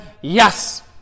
Yes